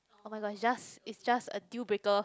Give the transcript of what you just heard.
oh-my-god just is just a deal breaker